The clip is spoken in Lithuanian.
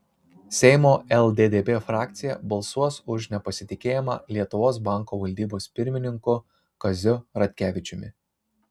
seimo lddp frakcija balsuos už nepasitikėjimą lietuvos banko valdybos pirmininku kaziu ratkevičiumi